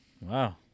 Wow